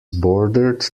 bordered